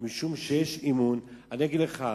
שיש אמון, מי גונב?